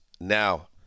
Now